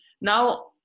Now